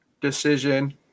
decision